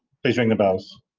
please ring the bells.